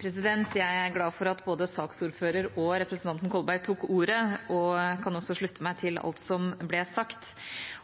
Jeg er glad for at både saksordføreren og representanten Kolberg tok ordet, og jeg kan også slutte meg til alt som ble sagt.